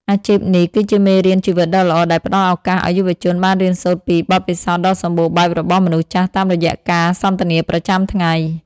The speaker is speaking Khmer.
អាជីពនេះគឺជាមេរៀនជីវិតដ៏ល្អដែលផ្តល់ឱកាសឱ្យយុវជនបានរៀនសូត្រពីបទពិសោធន៍ដ៏សម្បូរបែបរបស់មនុស្សចាស់តាមរយៈការសន្ទនាប្រចាំថ្ងៃ។